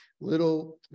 little